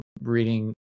reading